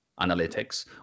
analytics